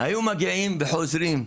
היו מגיעים וחוזרים.